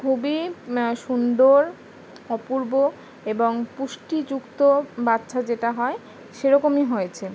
খুবই সুন্দর অপূর্ব এবং পুষ্টিযুক্ত বাচ্চা যেটা হয় সেরকমই হয়েছে